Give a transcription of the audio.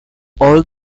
old